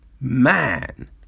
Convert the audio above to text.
man